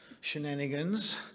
shenanigans